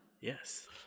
Yes